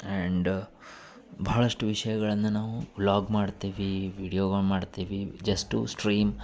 and ಭಾಳಷ್ಟು ವಿಷಯಗಳನ್ನ ನಾವು ವ್ಲಾಗ್ ಮಾಡ್ತೆವಿ ವಿಡಿಯೋಗಳ ಮಾಡ್ತೆವಿ ಜಸ್ಟು ಸ್ಟ್ರೀಮ್